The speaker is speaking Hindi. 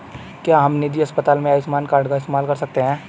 क्या हम निजी अस्पताल में आयुष्मान कार्ड का इस्तेमाल कर सकते हैं?